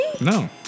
No